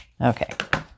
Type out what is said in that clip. Okay